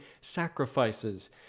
sacrifices